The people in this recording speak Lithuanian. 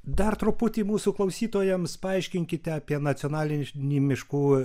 dar truputį mūsų klausytojams paaiškinkite apie nacionalinį miškų